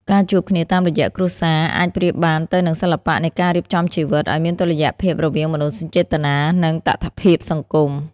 ការជួបគ្នាតាមរយៈគ្រួសារអាចប្រៀបបានទៅនឹងសិល្បៈនៃការរៀបចំជីវិត ឱ្យមានតុល្យភាពរវាងមនោសញ្ចេតនា និងតថភាពសង្គម។